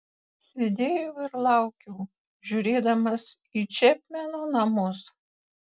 sėdėjau ir laukiau žiūrėdamas į čepmeno namus